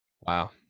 wow